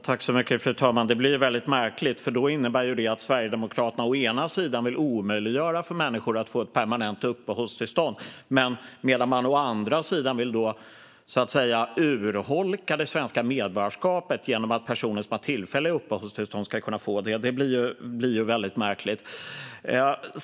Fru talman! Det blir väldigt märkligt. Å ena sidan vill Sverigedemokraterna omöjliggöra för människor att få permanenta uppehållstillstånd, å andra sidan vill man så att säga urholka det svenska medborgarskapet genom att personer som har tillfälliga uppehållstillstånd ska kunna få medborgarskap. Det blir väldigt märkligt.